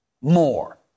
more